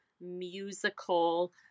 musical